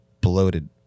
bloated